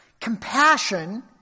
Compassion